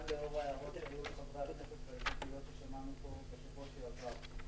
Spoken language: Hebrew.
גם לאור ההערות שהיו לחברי הכנסת וההתבטאויות ששמענו פה בשבוע שעבר,